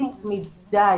בסיסי מדי.